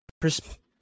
perspective